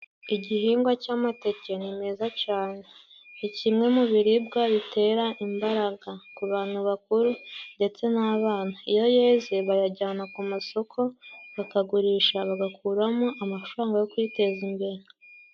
Igihingwa cy'amateke ni meza cane ni kimwe mu biribwa bitera imbaraga ku bantu bakuru ndetse n'abana, iyo yeze bayajyana ku masoko bakagurisha bagakuramo amafaranga yo kwiteza imbere.